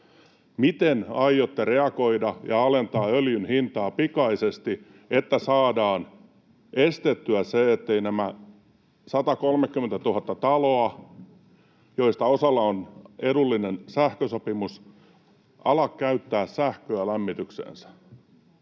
Miten aiotte reagoida ja alentaa öljyn hintaa pikaisesti, niin että saadaan estettyä se, että nämä 130 000 taloa, joista osalla on edullinen sähkösopimus, alkaisivat käyttää sähköä lämmitykseensä?